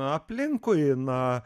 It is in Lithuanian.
aplinkui na